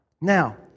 Now